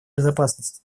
безопасности